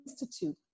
Institute